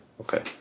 Okay